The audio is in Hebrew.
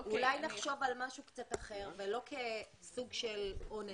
אולי נחשוב על משהו קצת אחר, ולא כסוג של עונש.